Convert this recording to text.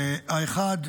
האחד,